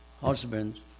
husbands